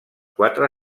quatre